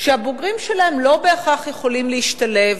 שהבוגרים שלהן לא בהכרח יכולים להשתלב,